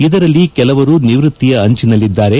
ಇದರಲ್ಲಿ ಕೆಲವರು ನಿವೃತ್ತಿಯ ಅಂಚಿನಲ್ಲಿದ್ದಾರೆ